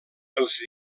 els